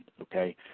Okay